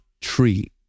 tree